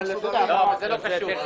זה לא קשור.